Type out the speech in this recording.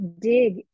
dig